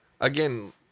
again